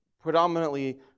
predominantly